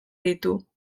ditu